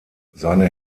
seine